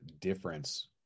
difference